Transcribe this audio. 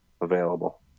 available